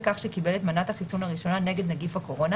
כך שקיבל את מנת החיסון הראשונה נגד נגיף הקורונה,